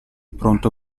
pronto